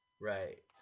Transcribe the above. Right